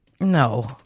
No